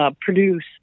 produce